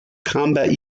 combat